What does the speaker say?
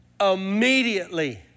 Immediately